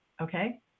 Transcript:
Okay